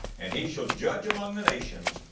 and he shall judge among the nations,